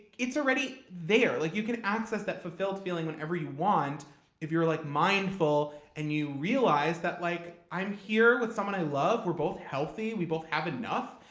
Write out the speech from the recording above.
it's already there. like you can access that fulfilled feeling whenever you want if you're like mindful and you realize that like i'm here with someone i love. we're both healthy. we both have enough.